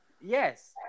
yes